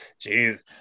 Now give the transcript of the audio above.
Jeez